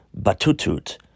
Batutut